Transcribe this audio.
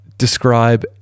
describe